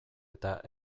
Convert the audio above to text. eta